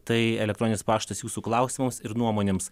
tai elektroninis paštas jūsų klausimams ir nuomonėms